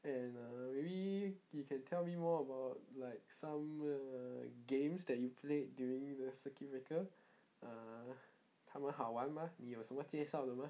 and uh maybe you can tell me more about like some err games that you played during the circuit breaker ah 他们好玩吗你有什么介绍的吗